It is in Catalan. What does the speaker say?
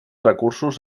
recursos